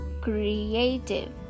creative